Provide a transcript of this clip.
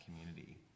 community